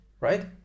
right